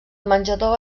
menjador